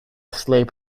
sleep